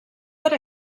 per